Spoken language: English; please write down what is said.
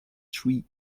tree